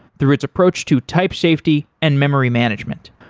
through its approach to type safety and memory management.